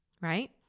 right